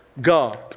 God